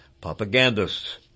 propagandists